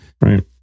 Right